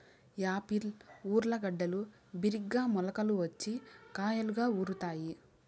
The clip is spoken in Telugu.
యాపిల్ ఊర్లగడ్డలు బిరిగ్గా మొలకలు వచ్చి కాయలుగా ఊరుతాయి